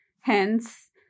Hence